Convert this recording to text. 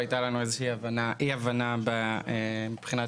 נמצאים